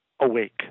awake